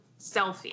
selfie